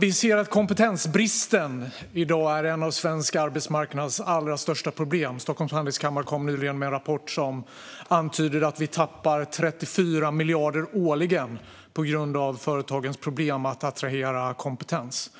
Vi ser att kompetensbristen i dag är ett av svensk arbetsmarknads allra största problem. Stockholms Handelskammare kom nyligen med en rapport som antyder att vi tappar 34 miljarder årligen på grund av företagens problem att attrahera kompetens.